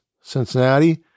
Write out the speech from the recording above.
Cincinnati